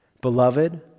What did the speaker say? Beloved